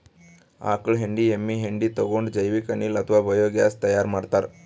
ಆಕಳ್ ಹೆಂಡಿ ಎಮ್ಮಿ ಹೆಂಡಿ ತಗೊಂಡ್ ಜೈವಿಕ್ ಅನಿಲ್ ಅಥವಾ ಬಯೋಗ್ಯಾಸ್ ತೈಯಾರ್ ಮಾಡ್ತಾರ್